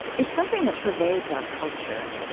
it's something that pervades our culture.